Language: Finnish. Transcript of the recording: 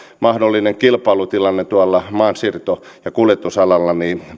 mahdollinen kilpailutilanne tuolla maansiirto ja kuljetusalalla